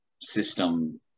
system